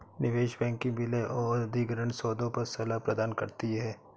निवेश बैंकिंग विलय और अधिग्रहण सौदों पर सलाह प्रदान करती है